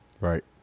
Right